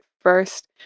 first